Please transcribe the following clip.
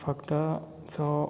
फक्त जो